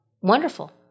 wonderful